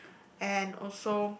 and also